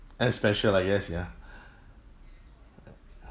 that's special I guess ya